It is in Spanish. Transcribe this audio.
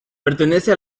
pertenece